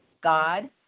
God